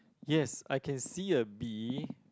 yes I can see a bee